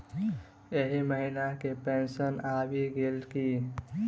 एहि महीना केँ पेंशन आबि गेल की